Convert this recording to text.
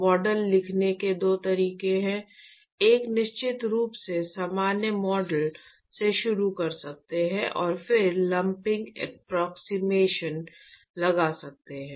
model लिखने के दो तरीके हैं एक निश्चित रूप से सामान्य मॉडल से शुरू कर सकते हैं और फिर लंपिंग अप्प्रोक्सिमेशन लगा सकते हैं